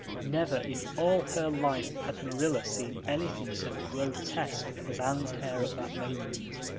never in all her life had marilla seen anything so grotesque as anne's hair at that moment.